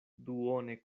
duone